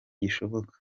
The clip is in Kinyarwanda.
gishoboka